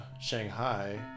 Shanghai